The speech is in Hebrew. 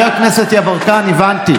מה הם עושים עד עכשיו?